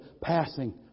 passing